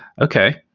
okay